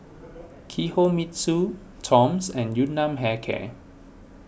Kinohimitsu Toms and Yun Nam Hair Care